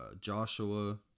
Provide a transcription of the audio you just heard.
Joshua